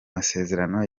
masezerano